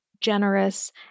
generous